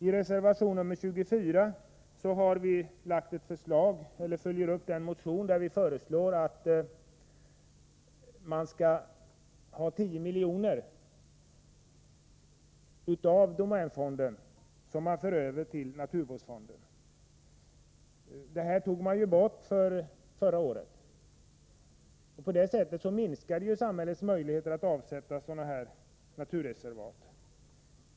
I reservation nr 24 följer vi upp en motion där vi föreslår att 10 miljoner av domänfonden skall kunna föras över till naturvårdsfonden. Möjligheten till överföring togs ju bort förra året. På det sättet minskade samhällets möjligheter att avsätta mark som naturreservat.